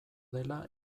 dela